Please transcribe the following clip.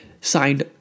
signed